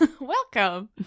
welcome